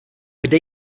kde